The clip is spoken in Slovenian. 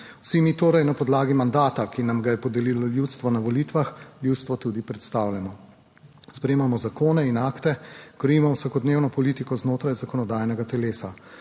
Vsi mi na podlagi mandata, ki nam ga je podelilo ljudstvo na volitvah, torej ljudstvo tudi predstavljamo. Sprejemamo zakone in akte, krojimo vsakodnevno politiko znotraj zakonodajnega telesa,